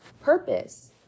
purpose